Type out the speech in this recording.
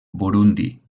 burundi